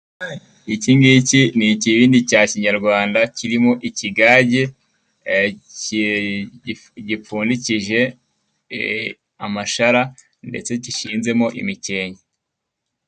Iki ngiki ni ibibindi cya kinyarwanda kirimo ikigage, gipfundikije amashara ndetse kikaba gishinzemo imikenke.